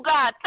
God